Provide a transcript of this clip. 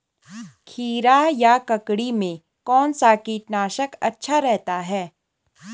खीरा या ककड़ी में कौन सा कीटनाशक अच्छा रहता है?